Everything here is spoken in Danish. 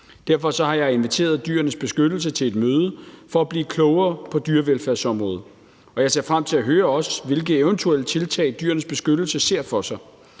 Derfor har jeg inviteret Dyrenes Beskyttelse til et møde for at blive klogere på dyrevelfærdsområdet, og jeg ser frem til også at høre, hvilke eventuelle tiltag Dyrenes Beskyttelse ser for sig.